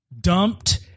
dumped